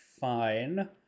fine